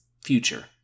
future